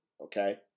Okay